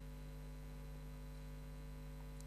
זו משמעות